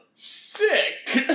Sick